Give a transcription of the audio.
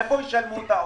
מאיפה ישלמו לעובדים?